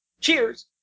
Cheers